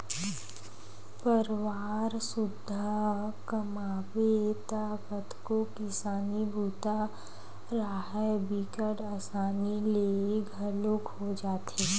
परवार सुद्धा कमाबे त कतको किसानी बूता राहय बिकट असानी ले घलोक हो जाथे